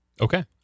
Okay